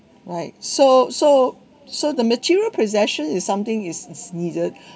like so so so the material possession is something is is needed